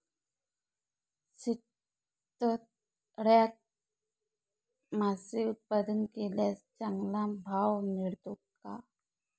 शेततळ्यात मासे उत्पादन केल्यास चांगला भाव मिळतो का?